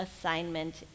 assignment